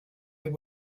they